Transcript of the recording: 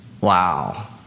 Wow